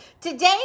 today